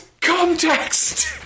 context